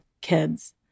kids